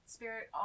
Spirit